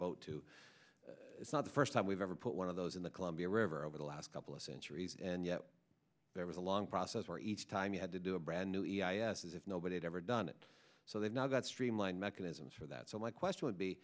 to not the first time we've ever put one of those in the columbia river over the last couple of centuries and yet there was a long process where each time you had to do a brand new e a s if nobody's ever done it so they've now got streamlined mechanisms for that so my question would be